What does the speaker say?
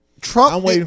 Trump